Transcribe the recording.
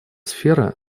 сфера